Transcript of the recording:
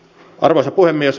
arvoisa puhemies